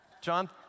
John